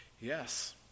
Yes